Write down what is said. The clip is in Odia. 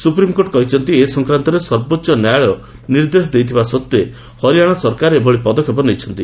ସୁପ୍ରିମକୋର୍ଟ କହିଛନ୍ତି ଏ ସଂକ୍ରାନ୍ତରେ ସର୍ବୋଚ୍ଚ ନ୍ୟାୟାଳୟ ନିର୍ଦ୍ଦେଶ ଦେଇଥିବା ସତ୍ତ୍ୱେ ହରିଆନା ସରକାର ଏଭଳି ପଦକ୍ଷେପ ନେଇଛନ୍ତି